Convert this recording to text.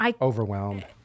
overwhelmed